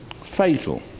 Fatal